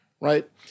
right